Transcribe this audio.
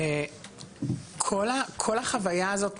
וכל החוויה הזאת,